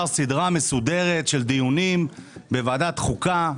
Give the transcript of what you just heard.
סדרה מסודרת של דיונים בוועדת החוקה.